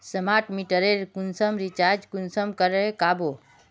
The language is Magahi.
स्मार्ट मीटरेर कुंसम रिचार्ज कुंसम करे का बो?